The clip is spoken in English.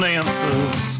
answers